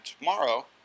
tomorrow